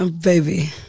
baby